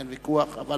אין ויכוח.